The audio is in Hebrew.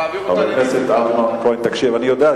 חבר הכנסת אמנון כהן, אני יודע.